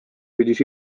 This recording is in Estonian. püüdis